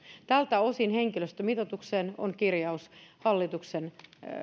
henkilöstömitoitukseen on kirjaus hallituksen